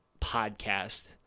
podcast